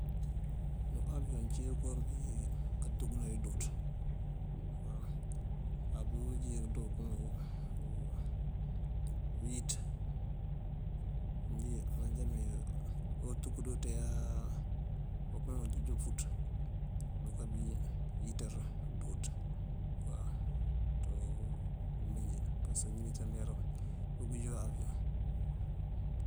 Abiyon ací ngënko ngí kantúkëna ngí dúuţ. Á bí yun jee kadoo kom uguk awíţ. Njí manjá ne awoo túk dí unţuye áa okema onjeej ufuţ urukabí wíţ dúuţ ţí umee njí. Pasaka ineeţa mee bí unjúrar bí njá.